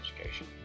education